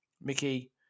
Mickey